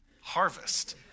harvest